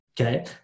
okay